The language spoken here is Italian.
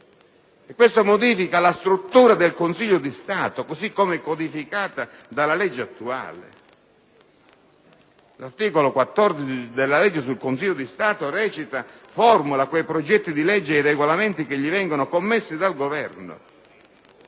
Questo modifica la struttura del Consiglio di Stato, così come codificata dalla legge attuale. L'articolo 14 della legge sul Consiglio di Stato recita: «Formula quei progetti di legge ed i regolamenti che gli vengono commessi dal Governo».